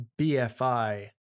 BFI